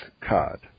card